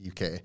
UK